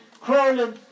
crawling